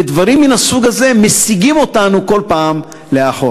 ודברים מן הסוג הזה מסיגים אותנו כל פעם לאחור.